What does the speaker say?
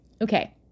Okay